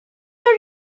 your